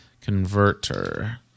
Converter